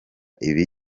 ibi